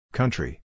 country